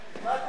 מה אתם פוחדים?